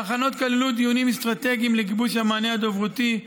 ההכנות כללו דיונים אסטרטגיים לגיבוש המענה הדוברותי,